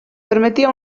permetia